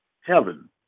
heaven